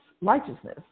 righteousness